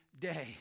day